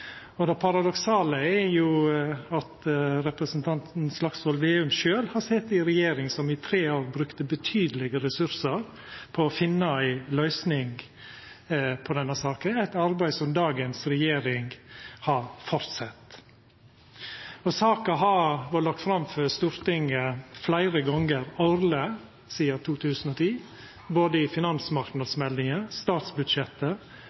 påstand. Det paradoksale er at representanten Slagsvold Vedum sjølv har sete i ei regjering som i tre år brukte betydelege ressursar på å finna ei løysing på denne saka – eit arbeid som dagens regjering har fortsett. Saka har vore lagt fram for Stortinget fleire gonger årleg sidan 2010, både i